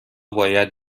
باید